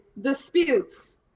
disputes